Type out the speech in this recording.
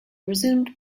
resumed